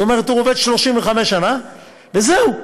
זאת אומרת, הוא עובד 35 שנה, וזהו.